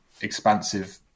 expansive